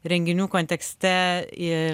renginių kontekste į